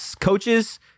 coaches